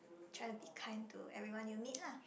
try to be kind to everyone you meet lah